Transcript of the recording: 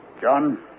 John